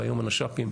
והיום הנש"פים